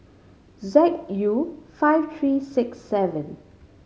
Z U five three six seven